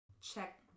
check